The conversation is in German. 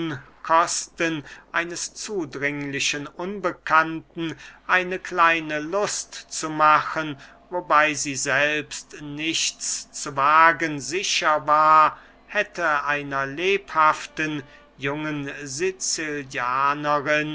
unkosten eines zudringlichen unbekannten eine kleine lust zu machen wobey sie selbst nichts zu wagen sicher war hätte einer lebhaften jungen